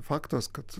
faktas kad